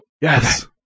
Yes